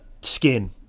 skin